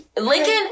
Lincoln